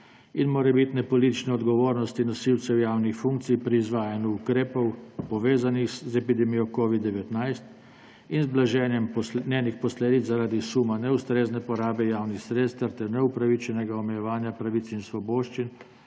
in morebitne političnega odgovornosti nosilcev javnih funkcij pri izvajanju ukrepov, povezanih z epidemijo COVID-19, in z blaženjem njenih posledic, zaradi suma neustrezne porabe javnih sredstev ter neupravičenega omejevanja pravic in svoboščin